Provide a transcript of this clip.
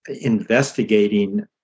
investigating